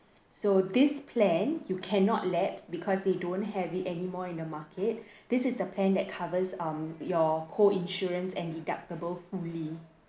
so this plan you cannot lapse because they don't have it anymore in the market this is the plan that covers um your co-insurance and deductibles only